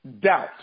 doubt